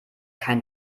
kein